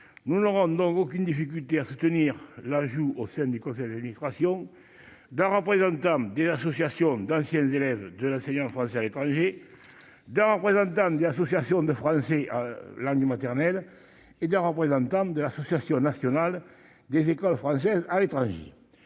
nous nous rendons aucune difficulté à se tenir l'ajout au sein du conseil à l'administration d'un représentant de associations d'anciens élèves de la cellule en France à l'étranger d'un représentant des associations de Français. L'nuit maternelle et bien renvoyé en temps de l'association nationale des écoles françaises à l'étranger,